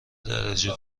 درجه